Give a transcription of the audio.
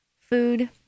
food